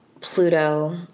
Pluto